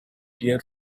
here